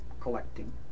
collecting